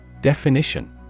Definition